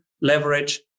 leverage